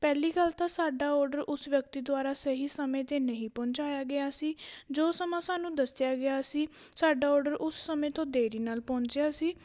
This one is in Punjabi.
ਪਹਿਲੀ ਗੱਲ ਤਾਂ ਸਾਡਾ ਆਰਡਰ ਉਸ ਵਿਅਕਤੀ ਦੁਆਰਾ ਸਹੀ ਸਮੇਂ 'ਤੇ ਨਹੀਂ ਪਹੁੰਚਾਇਆ ਗਿਆ ਸੀ ਜੋ ਸਮਾਂ ਸਾਨੂੰ ਦੱਸਿਆ ਗਿਆ ਸੀ ਸਾਡਾ ਆਰਡਰ ਉਸ ਸਮੇਂ ਤੋਂ ਦੇਰੀ ਨਾਲ ਪਹੁੰਚਿਆ ਸੀ